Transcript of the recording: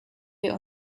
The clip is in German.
wir